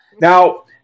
Now